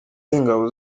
y’ingabo